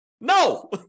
No